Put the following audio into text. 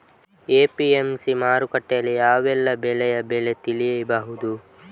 APMC ಮಾರುಕಟ್ಟೆಯಲ್ಲಿ ಯಾವೆಲ್ಲಾ ಬೆಳೆಯ ಬೆಲೆ ತಿಳಿಬಹುದು?